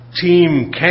Team